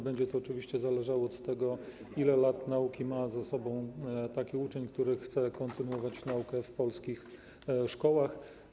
Będzie to oczywiście zależało od tego, ile lat nauki ma za sobą uczeń, który chce kontynuować naukę w polskich szkołach.